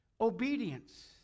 Obedience